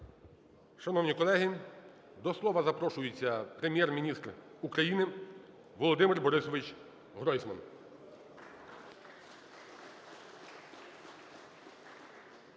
Шановні колеги, до слова запрошується Прем’єр-міністр України Володимир Борисович Гройсман.